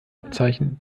abzeichen